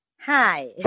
Hi